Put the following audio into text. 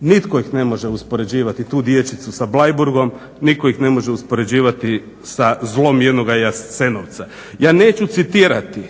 nitko ih ne može uspoređivati tu dječicu sa Bleiburgom, nitko ih ne može uspoređivati sa zlom jednoga Jasenovca. Ja neću citirati